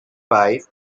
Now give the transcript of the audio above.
wife